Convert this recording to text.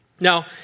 Now